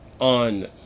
on